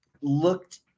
looked